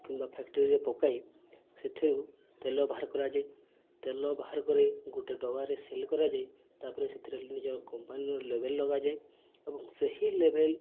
କିମ୍ବା ଫ୍ୟାକ୍ଟ୍ରିରେ ପକାଇ ସେଥିରୁ ତେଲ ବାହାର କରାଯାଏ ତେଲ ବାହାର କରି ଗୋଟେ ଡବାରେ ସିଲ୍ କରାଯାଏ ତା'ପରେ ସେଥିରେ ନିଜର କମ୍ପାନୀର ଲେବଲ୍ ଲଗାଯାଏ ଏବଂ ସେହି ଲେବଲ୍